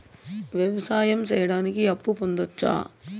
వ్యవసాయం సేయడానికి అప్పు పొందొచ్చా?